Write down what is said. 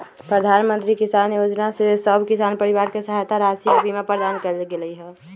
प्रधानमंत्री किसान जोजना में सभ किसान परिवार के सहायता राशि आऽ बीमा प्रदान कएल गेलई ह